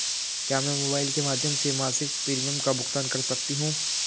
क्या मैं मोबाइल के माध्यम से मासिक प्रिमियम का भुगतान कर सकती हूँ?